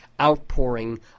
outpouring